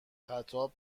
خطاب